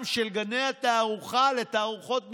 של גני התערוכה לתערוכות מקצועיות.